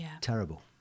terrible